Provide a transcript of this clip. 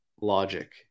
logic